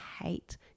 hate